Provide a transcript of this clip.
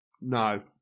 No